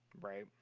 Right